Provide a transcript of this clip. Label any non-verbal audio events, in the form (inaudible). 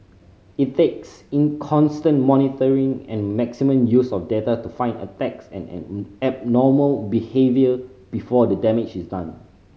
it takes inconstant monitoring and maximum use of data to find attacks and (unintelligible) abnormal behaviour before the damage is done